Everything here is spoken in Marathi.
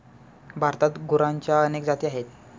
भारतात गुरांच्या अनेक जाती आहेत